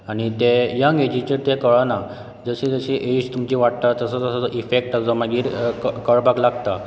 आनी ते यंग एजीचेर ते कळना जशें जशें एज तुमची वाडटात तसो तसो तो इफेक्ट मागीर कळपाक लागता